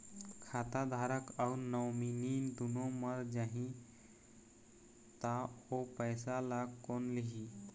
खाता धारक अऊ नोमिनि दुनों मर जाही ता ओ पैसा ला कोन लिही?